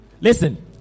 Listen